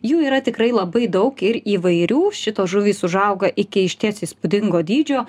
jų yra tikrai labai daug ir įvairių šitos žuvys užauga iki išties įspūdingo dydžio